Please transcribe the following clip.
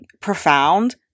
profound